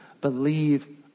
Believe